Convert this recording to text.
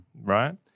right